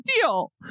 deal